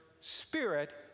spirit